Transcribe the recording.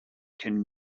can